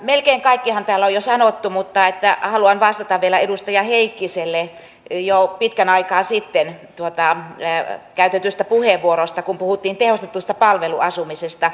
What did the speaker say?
melkein kaikkihan täällä on jo sanottu mutta haluan vastata vielä edustaja heikkiselle jo pitkän aikaa sitten käytettyyn puheenvuoroon kun puhuttiin tehostetusta palveluasumisesta